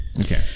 Okay